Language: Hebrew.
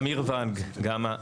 אמיר ונג גמא.